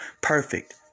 perfect